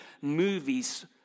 movies